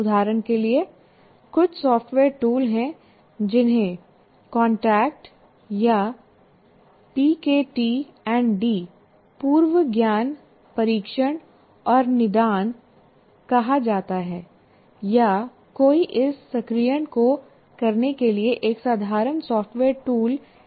उदाहरण के लिए कुछ सॉफ़्टवेयर टूल हैं जिन्हें CONTACT या PKTandD पूर्व ज्ञान परीक्षण और निदान कहा जाता है या कोई इस सक्रियण को करने के लिए एक साधारण सॉफ़्टवेयर टूल भी बना सकता है